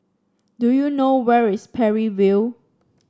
do you know where is Parry View